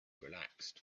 relaxed